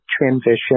transition